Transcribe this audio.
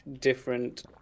different